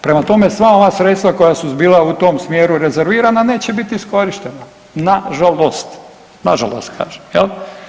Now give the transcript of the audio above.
Prema tome, sva ova sredstva koja su bila u tom smjeru rezervirana neće biti iskorištena, nažalost, nažalost kažem jel.